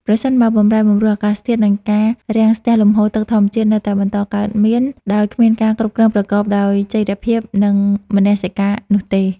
ប្រសិនបើបម្រែបម្រួលអាកាសធាតុ និងការរាំងស្ទះលំហូរទឹកធម្មជាតិនៅតែបន្តកើតមាន ដោយគ្មានការគ្រប់គ្រងប្រកបដោយចីរភាព និងមនសិការនោះទេ។